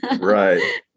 Right